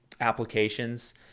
applications